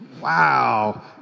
Wow